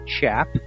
chap